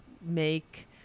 make